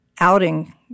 outing